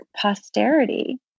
posterity